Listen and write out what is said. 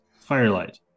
Firelight